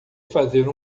fazer